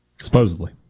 Supposedly